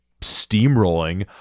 steamrolling